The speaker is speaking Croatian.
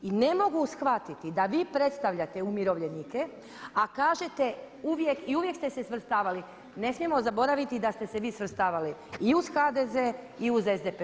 I ne mogu shvatiti da vi predstavljate umirovljenike, a kažete uvijek i uvijek ste se svrstavali ne smijemo zaboraviti da ste se vi svrstavali i uz HDZ i uz SDP.